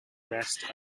rest